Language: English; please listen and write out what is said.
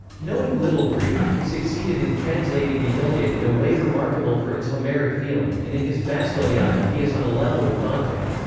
knowing little greek, he succeeded in translating the iliad in a way remarkable for its homeric feeling, and in his bassvilliana he is on a level with dante.